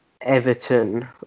Everton